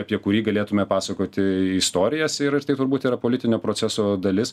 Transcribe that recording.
apie kurį galėtumėme pasakoti istorijas ir ir tai turbūt yra politinio proceso dalis